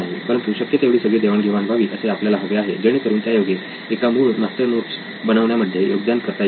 परंतु शक्य तेवढी सगळी देवाण घेवाण व्हावी असे आपल्याला हवे आहे जेणेकरून त्यायोगे एका मूळ मास्टर नोट्स बनवण्यामध्ये योगदान करता येईल